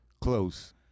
Close